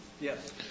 Yes